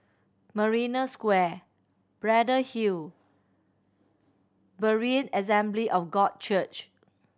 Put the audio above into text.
Marina Square Braddell Hill and Berean Assembly of God Church